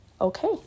okay